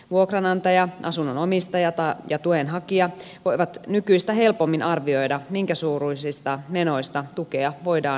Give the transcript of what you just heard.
vuokranantaja asunnon omistaja ja tuen hakija voivat nykyistä helpommin arvioida minkä suuruisista menoista tukea voidaan myöntää